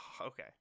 okay